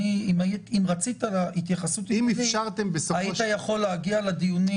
אם רצית התייחסות עניינית היית יכול להגיע לדיונים הרציניים.